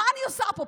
מה אני עושה פה?